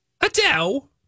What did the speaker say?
Adele